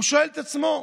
והוא שואל את עצמו: